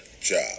job